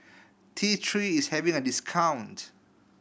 T Three is having a discount